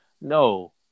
No